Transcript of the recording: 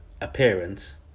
appearance